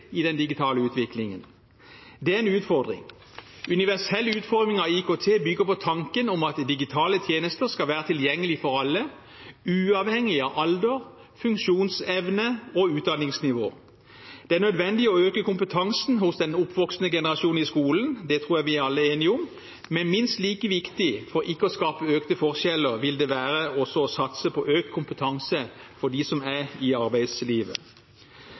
i den digitale utviklingen. Det er en utfordring. Universell utforming av IKT bygger på tanken om at digitale tjenester skal være tilgjengelige for alle, uavhengig av alder, funksjonsevne og utdanningsnivå. Det er nødvendig å øke kompetansen hos den oppvoksende generasjon i skolen – det tror jeg vi alle er enige om. Men minst like viktig for ikke å skape økte forskjeller vil det være også å satse på økt kompetanse for dem som er i arbeidslivet.